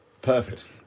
Perfect